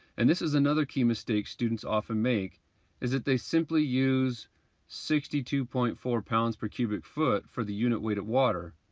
and this is another key mistake students often make is that they simply use sixty two point four pounds per cubic foot for the unit weight of water,